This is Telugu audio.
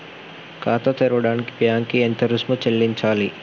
ఖాతా తెరవడానికి బ్యాంక్ కి ఎంత రుసుము చెల్లించాలి?